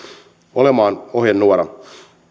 olemaan ohjenuora